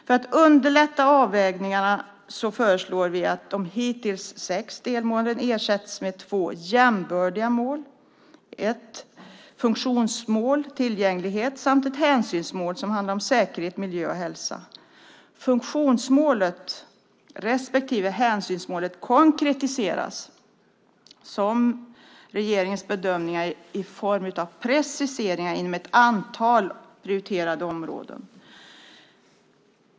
För att underlätta avvägningarna föreslår vi att de hittills sex delmålen ersätts med två jämbördiga mål, ett funktionsmål, tillgänglighet, samt ett hänsynsmål som handlar om säkerhet, miljö och hälsa. Funktionsmålet respektive hänsynsmålet konkretiseras i form av preciseringar inom ett antal prioriterade områden.